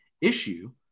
issue